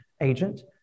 agent